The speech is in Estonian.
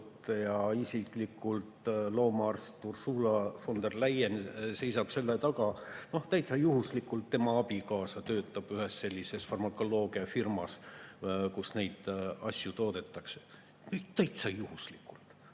ja isiklikult loomaarst Ursula von der Leyen seisab selle taga … Täitsa juhuslikult tema abikaasa töötab ühes sellises farmakoloogiafirmas, kus neid asju toodetakse. Täitsa juhuslikult!